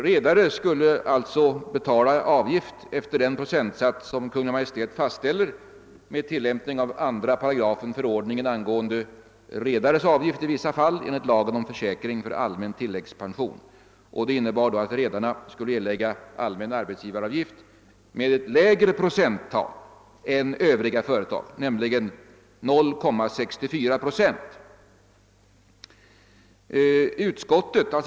Redare skulle sålunda betala avgift efter den procentsats som Kungl. Maj:t fastställer med tillämpning av 2 § förordningen angående redares avgift i vissa fall enligt lagen om försäkring för allmän tilläggspension. Det innebar att redarna skulle erlägga allmän arbetsgivaravgift med ett lägre procenttal än Övriga företag, nämligen med 0,64 procent.